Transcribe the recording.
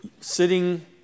sitting